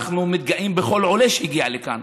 אנחנו מתגאים בכל עולה שהגיע לכאן,